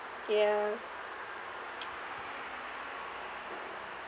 ya